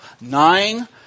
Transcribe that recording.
Nine